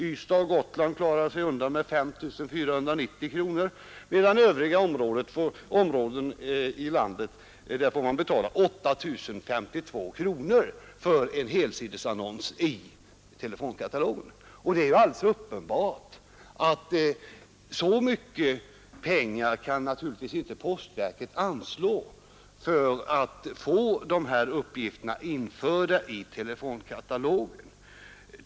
Ystad och Gotland klarar sig undan med 5 490 kronor, medan man i övriga områden i landet får betala 8052 kronor för en helsidesannons i telefonkatalogen. Så mycket pengar kan naturligtvis inte postverket anslå för att få dessa uppgifter införda i telefonkatalogen.